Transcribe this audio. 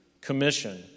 commission